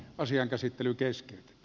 asian käsittely kesken